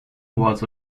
was